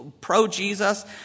pro-Jesus